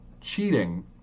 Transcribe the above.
cheating